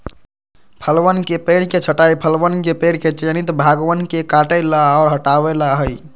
फलवन के पेड़ के छंटाई फलवन के पेड़ के चयनित भागवन के काटे ला और हटावे ला हई